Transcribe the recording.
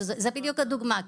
זאת בדיוק הדוגמה,